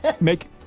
make